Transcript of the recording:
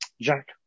Jack